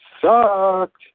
sucked